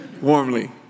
Warmly